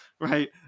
right